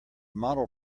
model